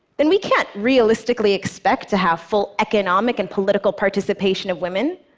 then we can't realistically expect to have full economic and political participation of women.